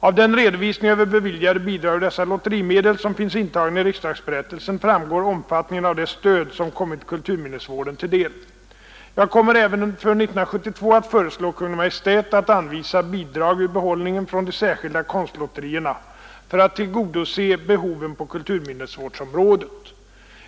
Av den redovisning över beviljade bidrag ur dessa lotterimedel som finns intagen i riksdagsberättelsen framgår omfattningen av det stöd som kommit kulturminnesvården till del. Jag kommer även för 1972 att föreslå Kungl. Maj:t att anvisa bidrag ur behållningen från de särskilda konstlotterierna för att tillgodose behoven på kulturminnesvårdsområdet.